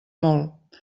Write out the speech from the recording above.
molt